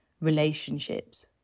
relationships